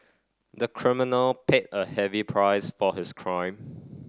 the criminal paid a heavy price for his crime